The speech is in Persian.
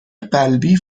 قلبی